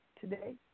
today